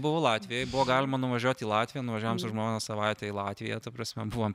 buvau latvijoj buvo galima nuvažiuot į latviją nuvažiavom su žmona savaitę į latviją ta prasme buvom